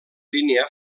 línia